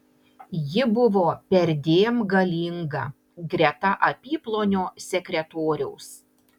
ji buvo perdėm galinga greta apyplonio sekretoriaus